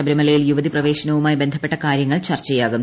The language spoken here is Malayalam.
ശബരിമലയിൽ യുവതി പ്രവേശനവുമായി ബന്ധപ്പെട്ട കാര്യങ്ങൾ ചർച്ചയാക്ടും